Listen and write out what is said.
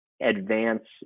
advance